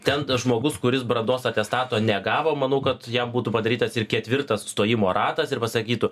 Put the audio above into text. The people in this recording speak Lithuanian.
ten tas žmogus kuris brandos atestato negavo manau kad jam būtų padarytas ir ketvirtas stojimo ratas ir pasakytų